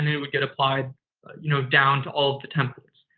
and it would get applied you know down to all the templates.